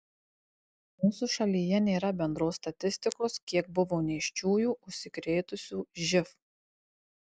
mūsų šalyje nėra bendros statistikos kiek buvo nėščiųjų užsikrėtusių živ